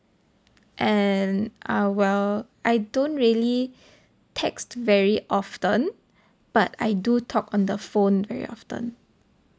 and uh well I don't really text very often but I do talk on the phone very often